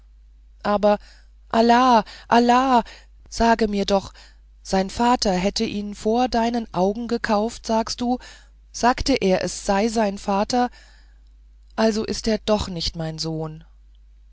aber allah allah sage mir doch sein vater hätte ihn vor deinen augen gekauft sagst du sagte er es sei sein vater also ist er doch nicht mein sohn